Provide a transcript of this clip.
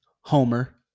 Homer